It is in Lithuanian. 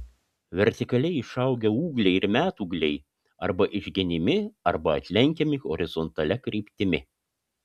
vertikaliai išaugę ūgliai ir metūgliai arba išgenimi arba atlenkiami horizontalia kryptimi